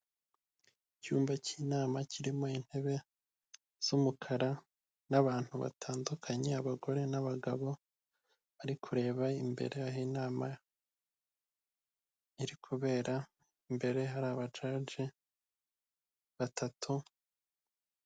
Icyumba cy'inama kirimo intebe z'umukara n'abantu batandukanye abagore n'abagabo bari kureba imbere aho inama iri kubera, imbere hari abajaji batatu.